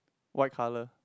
white colour